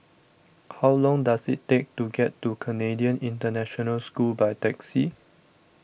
how long does it take to get to Canadian International School by taxi